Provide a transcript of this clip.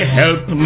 help